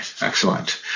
excellent